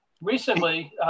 Recently